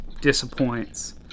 disappoints